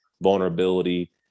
vulnerability